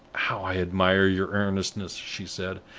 how i admire your earnestness! she said.